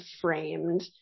framed